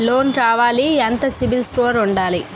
Loan కావాలి ఎంత CIBIL score ఉండాలి?